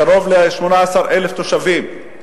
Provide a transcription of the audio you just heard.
קרוב ל-18,000 תושבים.